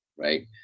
right